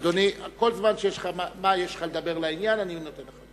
אדוני, כל זמן שיש לך לדבר לעניין, אני נותן לך.